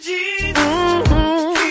Jesus